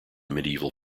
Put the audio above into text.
medieval